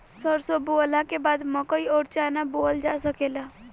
सरसों बोअला के बाद मकई अउर चना बोअल जा सकेला